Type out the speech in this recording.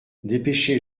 dépêchez